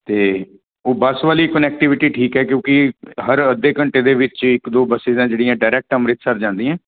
ਅਤੇ ਉਹ ਬੱਸ ਵਾਲੀ ਕੁਨੈਕਟੀਵਿਟੀ ਠੀਕ ਹੈ ਕਿਉਂਕਿ ਹਰ ਅੱਧੇ ਘੰਟੇ ਦੇ ਵਿੱਚ ਇੱਕ ਦੋ ਬੱਸਿਸ ਹੈ ਜਿਹੜੀਆਂ ਡਾਇਰੈਕਟ ਅੰਮ੍ਰਿਤਸਰ ਜਾਂਦੀਆਂ